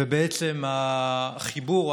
ובעצם החיבור,